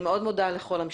אני מאוד מודה לכל המשתתפים.